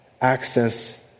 access